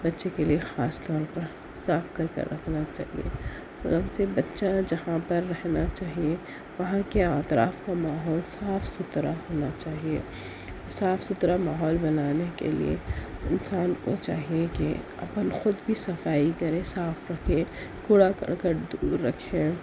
بچے کے لئے خاص طور پر صاف کر کے رکھنا چاہیے اور اس سے بچہ جہاں پر رہنا چاہیے وہاں کے اطراف کو بہت صاف ستھرا رکھنا چاہیے صاف ستھرا ماحول بنانے کے لئے انسان کو چاہیے کہ اپنے خود بھی صفائی کرے صاف رکھے کوڑا کرکٹ دور رکھے